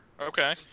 Okay